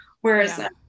Whereas